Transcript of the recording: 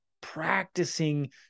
practicing